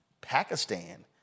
Pakistan